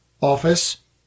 office